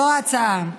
זו ההצעה.